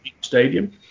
Stadium